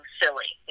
silly